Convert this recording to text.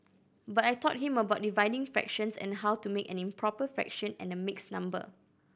but I taught him about dividing fractions and how to make an improper fraction and a mixed number